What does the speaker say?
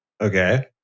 Okay